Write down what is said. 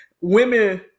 Women